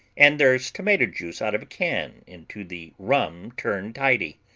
and there's tomato juice out of a can into the rum turn tiddy,